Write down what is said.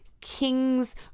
King's